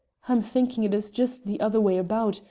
i'm thinking it is just the other way about,